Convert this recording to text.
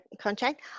contract